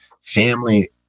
family